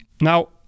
now